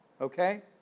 okay